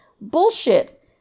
Bullshit